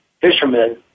fishermen